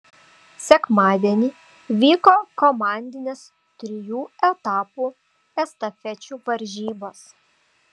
sekmadienį vyko komandinės trijų etapų estafečių varžybos